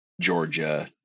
Georgia